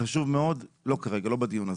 חשוב מאוד, לא כרגע, לא בדיון הזה.